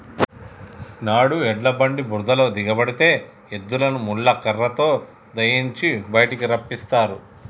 నాడు ఎడ్ల బండి బురదలో దిగబడితే ఎద్దులని ముళ్ళ కర్రతో దయియించి బయటికి రప్పిస్తారు